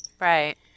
Right